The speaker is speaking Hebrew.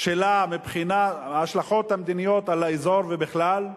שלה מבחינת ההשלכות המדיניות על האזור ובכלל?